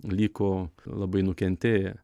liko labai nukentėję